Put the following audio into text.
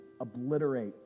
obliterate